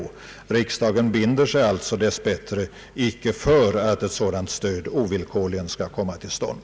Riksdagen binder sig alltså dess bättre icke för att ett sådant stöd ovillkorligen skall komma till stånd.